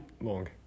long